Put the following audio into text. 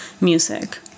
music